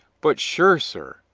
but sure, sir,